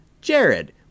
Jared